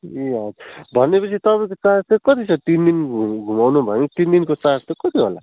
ए हजुर भने पछि तपाईँको चार्ज चाहिँ कति छ तिन दिन घुमाउनु भयो तिन दिनको चार्ज चाहिँ कति होला